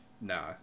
nah